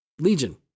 Legion